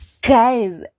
guys